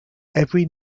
every